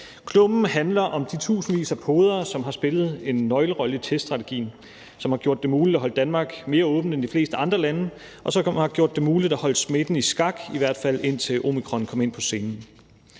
Klummen handler om de tusindvis af podere, som har spillet en nøglerolle i teststrategien, som har gjort det muligt at holde Danmark mere åbent end de fleste andre lande, og som har gjort det muligt at holde smitten i skak, i hvert fald indtil omikron kom ind på scenen.